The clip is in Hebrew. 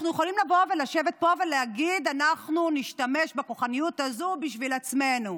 אנחנו יכולים לשבת פה ולהגיד: אנחנו נשתמש בכוחניות הזו בשביל עצמנו.